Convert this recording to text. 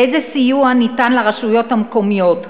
ואיזה סיוע ניתן לרשויות המקומיות?